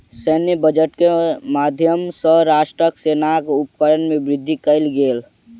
सैन्य बजट के माध्यम सॅ राष्ट्रक सेनाक उपकरण में वृद्धि कयल गेल